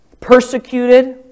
Persecuted